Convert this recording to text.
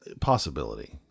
Possibility